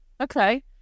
Okay